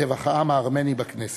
טבח העם הארמני בכנסת.